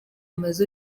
umaze